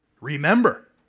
Remember